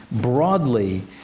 broadly